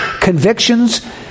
convictions